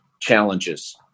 challenges